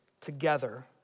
together